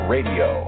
Radio